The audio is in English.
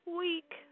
week